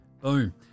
Boom